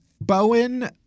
Bowen